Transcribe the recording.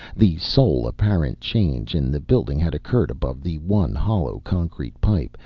the sole apparent change in the building had occurred above the one hollow concrete pile,